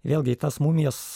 vėlgi į tas mumijas